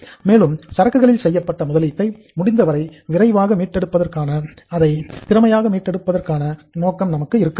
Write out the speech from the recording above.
மேலும் சரக்குகளில் செய்யப்பட்ட முதலீட்டை முடிந்தவரை விரைவாக மீட்டெடுப்பதற்கான அதை திறமையாக மீட்டெடுப்பதற்கான நோக்கம் நமக்கு இருக்க வேண்டும்